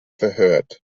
verhört